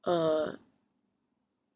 uh